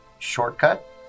shortcut